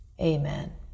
Amen